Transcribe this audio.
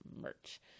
merch